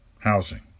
housing